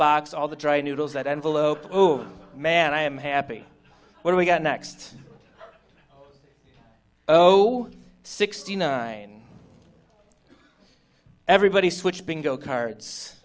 box all the dry noodles that envelope oh man i am happy where we go next sixty nine everybody switch bingo cards